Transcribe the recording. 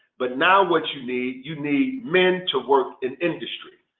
but now what you need, you need men to work in industry.